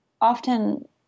often